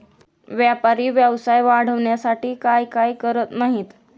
व्यापारी व्यवसाय वाढवण्यासाठी काय काय करत नाहीत